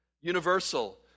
Universal